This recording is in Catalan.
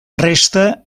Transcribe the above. resta